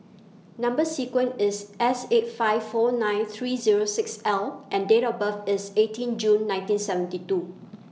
Number sequence IS S eight five four nine three Zero six L and Date of birth IS eighteen June nineteen seventy two